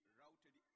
routed